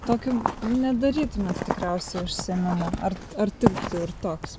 tokiu nedarytumėt tikriausiai ar ar tiktų ir toks